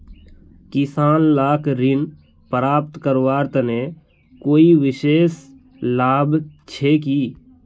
किसान लाक ऋण प्राप्त करवार तने कोई विशेष लाभ छे कि?